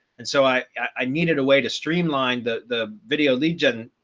and so i i needed a way to streamline the the video lead gen,